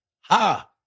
Ha